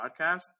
podcast